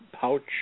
pouch